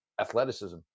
athleticism